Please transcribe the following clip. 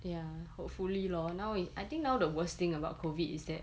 ya hopefully lor now I think now the worst thing about COVID is that